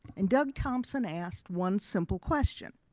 and doug thompson asked one simple question,